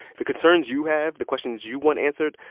the concerns you have, the questions you want answered,